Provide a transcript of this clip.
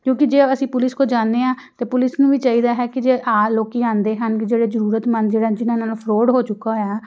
ਕਿਉਂਕਿ ਜੇ ਅਸੀਂ ਪੁਲਿਸ ਕੋ ਜਾਂਦੇ ਹਾਂ ਅਤੇ ਪੁਲਿਸ ਨੂੰ ਵੀ ਚਾਹੀਦਾ ਹੈ ਕਿ ਜੇ ਆ ਲੋਕ ਆਉਂਦੇ ਹਨ ਜਿਹੜੇ ਜ਼ਰੂਰਤਮੰਦ ਜਿਹੜੇ ਜਿਨ੍ਹਾਂ ਨਾਲ ਫਰੋਡ ਹੋ ਚੁੱਕਾ ਹੋਇਆ